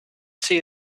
see